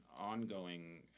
ongoing